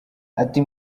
ati